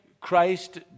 Christ